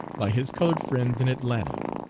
by his colored friends in atlanta.